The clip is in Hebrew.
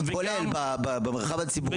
כולל במרחב הציבורי,